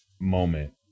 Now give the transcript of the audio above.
moment